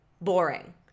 boring